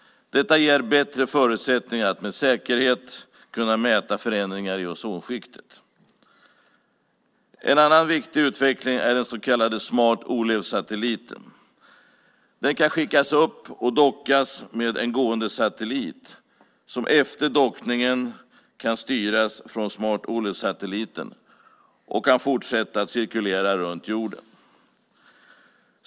Detta ger bättre förutsättningar att med säkerhet kunna mäta förändringar i ozonskiktet. En annan viktig utveckling är den så kallade Smart-Olev-satelliten. Den kan skickas upp och dockas med en gående satellit som efter dockningen kan styras från Smart-Olev-satelliten och kan fortsätta att cirkulera runt jorden.